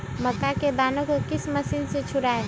मक्का के दानो को किस मशीन से छुड़ाए?